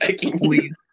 Please